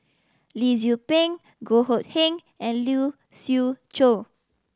Lee Tzu Pheng Goh Hood Keng and Lee Siew Choh